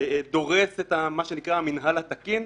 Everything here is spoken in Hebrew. דורס את המנהל התקין,